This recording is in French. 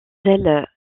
zèle